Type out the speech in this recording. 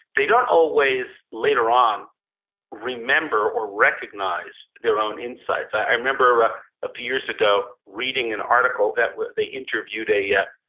they don't always later on remember or recognize their own insights. i remember ah a few years ago reading an article that they interviewed a yeah